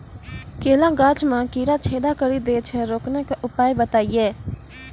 केला गाछ मे कीड़ा छेदा कड़ी दे छ रोकने के उपाय बताइए?